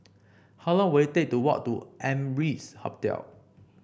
how long will it take to walk to Amrise Hotel